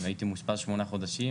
הייתי מאושפז שמונה חודשים,